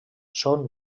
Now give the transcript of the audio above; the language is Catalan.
són